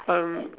um